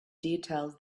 details